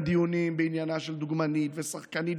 דיונים בעניינה של דוגמנית ושחקנית,